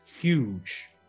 huge